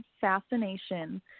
fascination